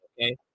okay